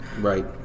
right